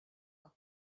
pas